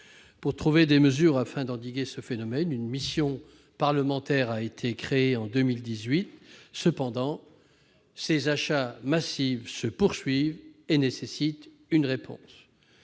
Pour trouver des mesures en vue d'endiguer ce phénomène, une mission parlementaire a été créée en 2018. Cependant, les achats massifs se poursuivent et nécessitent une réponse.